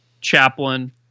Chaplain